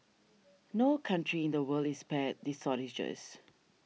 no country in the world is spared these shortages